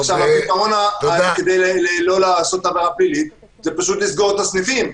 הפתרון היחיד הוא פשוט לסגור את הסניפים.